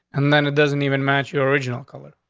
and then it doesn't even match your original color,